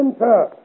Enter